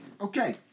Okay